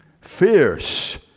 Fierce